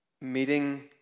Meeting